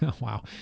wow